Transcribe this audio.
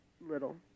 little